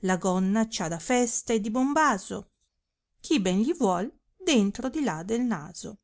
la gonna e ha da festa è di bombaso chi ben gli vuol dentro di là del naso